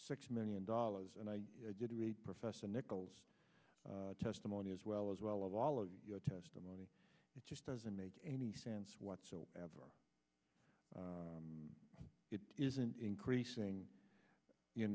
six million dollars and i didn't read professor nichols testimony as well as well all of your testimony it just doesn't make any sense whatsoever and it isn't increasing you